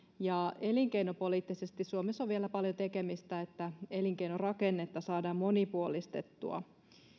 ja elinkeinopoliittisesti suomessa on vielä paljon tekemistä että elinkeinorakennetta saadaan monipuolistettua